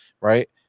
right